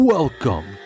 Welcome